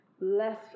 less